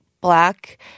black